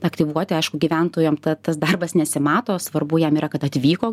aktyvuoti aišku gyventojam ta tas darbas nesimato svarbu jam yra kad atvyko